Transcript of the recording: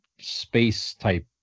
space-type